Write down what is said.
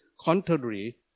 contrary